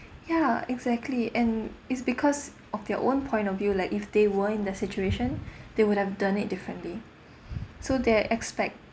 ya exactly and it's because of your own point of view like if they were in the situation they would have done it differently so they expect